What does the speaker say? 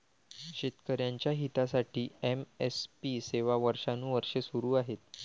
शेतकऱ्यांच्या हितासाठी एम.एस.पी सेवा वर्षानुवर्षे सुरू आहे